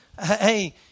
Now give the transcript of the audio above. Hey